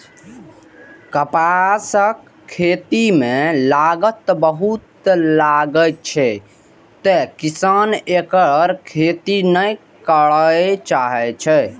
कपासक खेती मे लागत बहुत लागै छै, तें किसान एकर खेती नै करय चाहै छै